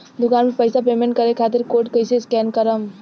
दूकान पर पैसा पेमेंट करे खातिर कोड कैसे स्कैन करेम?